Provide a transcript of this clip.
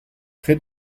près